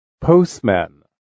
postman